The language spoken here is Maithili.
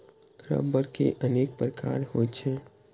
रबड़ के अनेक प्रकार होइ छै